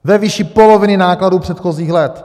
Ve výši poloviny nákladů předchozích let.